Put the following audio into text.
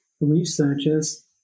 researchers